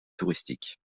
touristique